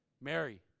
Mary